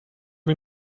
wie